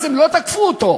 אז הם לא תקפו אותו,